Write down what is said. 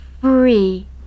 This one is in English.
free